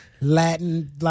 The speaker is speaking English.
Latin